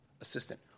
assistant